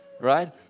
Right